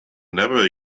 never